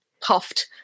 puffed